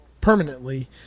permanently